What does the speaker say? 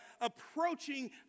approaching